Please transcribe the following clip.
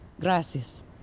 gracias